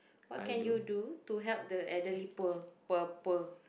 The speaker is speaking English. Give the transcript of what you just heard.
what can you do to help the elderly poor poor poor